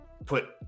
put